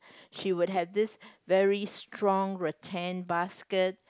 she would have this very strong retain basket